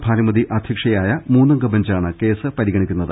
ഭാനുമതി അധൃക്ഷയായ മൂന്നംഗ ബെഞ്ചാണ് കേസ് പരിഗണിക്കുന്നത്